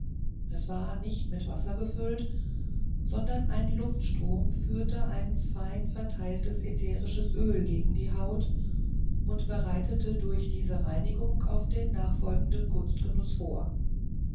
es war nicht mit wasser gefüllt sondern ein luftstrom führte ein fein verteiltes ätherisches öl gegen die haut und bereitete durch diese reinigung auf den nachfolgenden kunstgenuß vor